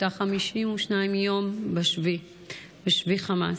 שהייתה 52 יום בשבי חמאס: